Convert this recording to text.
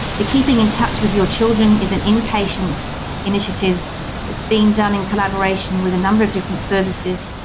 the keeping in touch with your children is an in-patient initiative that's been done in collaboration with a number of different services.